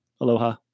Aloha